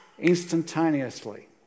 instantaneously